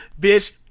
bitch